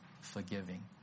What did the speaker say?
forgiving